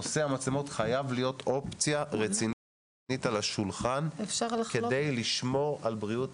נושא המצלמות חייב להיות אופציה רצינית על השולחן כדי לשמור על בריאות